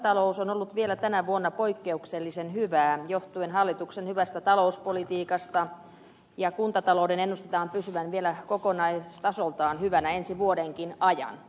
kuntatalous on ollut vielä tänä vuonna poikkeuksellisen hyvää johtuen hallituksen hyvästä talouspolitiikasta ja kuntatalouden ennustetaan pysyvän vielä kokonaistasoltaan hyvänä ensi vuodenkin ajan